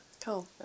Cool